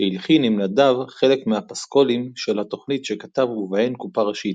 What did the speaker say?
שהלחין עם נדב חלק מהפסקולים של התוכניות שכתב ובהן קופה ראשית,